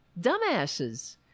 Dumbasses